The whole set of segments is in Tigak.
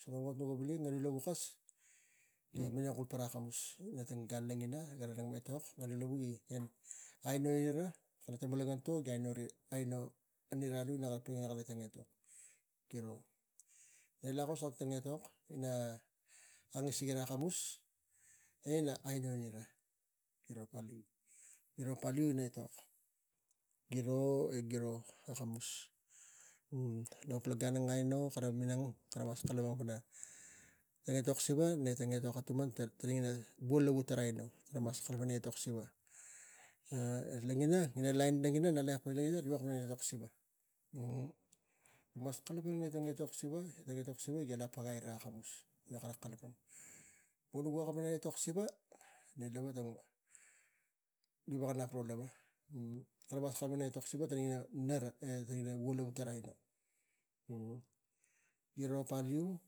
So tang ot kara vili, non lavu kas gi minang kum para akamus ne lo tang gan a ngina gara nak me etok, nganu lavu gi aino ira e kana tang malang ngan to gi aino e hira alu, e kara tang etok, giro. Ne lakos kak tang etok ina a ngas sira akamus, e ina aino ira, giro paliu, giro paliu ina etok, giro, e giro akamus. Ne lo pal gan aino kara minang kara mas kalapang pana tang etok siva, ne tang etok atuman tara ina vo lavu aino kara mas kalapang ina etok siva e logina ina lain nga lakek logina riga veko kalapang ina etok siva, nik mas kalapang ina etok siva. Tang etok siva gi la pagai ira akamus ina kara kalapang, vo nuk veko kalapang ina etok siva, ne lava gi veko nap ro lava kara mas kalapang ina etok siva ina tara nera, e kara vo lavu aino. Giro, paliu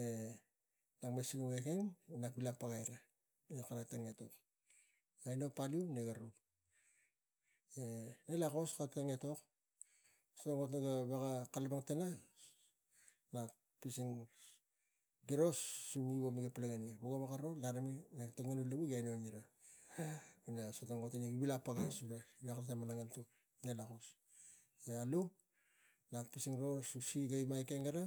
e nak me sinuk ekeng wo nak vila pagai ina tang etok aino paliu, ne garo ne lakos kak tang etok, so gaveko ro kalapang tana na pising giro sumi, etok vego gaveko ro, di tana nak pising giro sumi, miga palangani, wo gaveko ro, larimi. Ngamu lavu gi aino ira, ina so tang ot gi vila pagai lo kana tang malang ngan to ne alu nak pising ro susi ekeng gara.